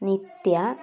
നിത്യ